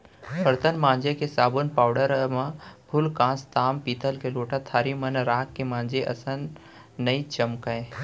बरतन मांजे के साबुन पाउडर म फूलकांस, ताम पीतल के लोटा थारी मन राख के मांजे असन नइ चमकय